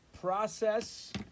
process